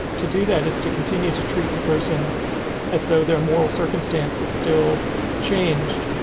to do that is to continue to treat the person as though their moral circumstances still changed.